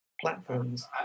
platforms